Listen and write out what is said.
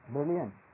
Brilliant